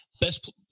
Best